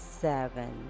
Seven